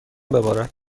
ببارد